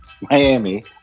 Miami